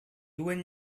duen